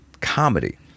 comedy